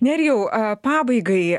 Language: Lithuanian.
nerijau pabaigai